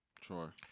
Sure